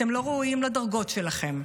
אתם לא ראויים לדרגות שלכם,